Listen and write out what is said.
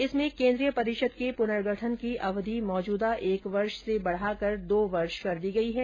इसमें केंद्रीय परिषद के पुनर्गठन की अवधि मौजूदा एक वर्ष से बढ़ाकर दो वर्ष कर दी गई है